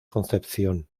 concepción